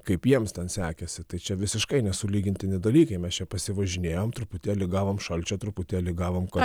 kaip jiems ten sekėsi tai čia visiškai nesulygintini dalykai mes čia pasivažinėjom truputėlį gavom šalčio truputėlį gavom karščio